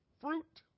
fruit